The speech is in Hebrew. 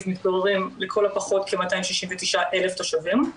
מתגוררים לכל הפחות כ-269,000 תושבים,